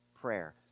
prayer